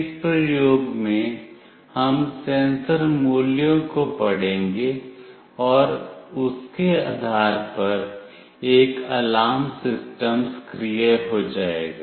इस प्रयोग में हम सेंसर मूल्यों को पढ़ेंगे और उसके आधार पर एक अलार्म सिस्टम सक्रिय हो जाएगा